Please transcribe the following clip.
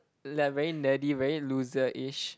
like very nerdy very loser ish